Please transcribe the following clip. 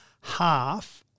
half